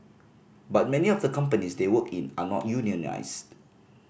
but many of the companies they work in are not unionised